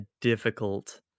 difficult